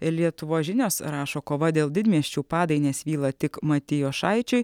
lietuvos žinios rašo kova dėl didmiesčių padai nesvyla tik matijošaičiui